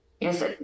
Yes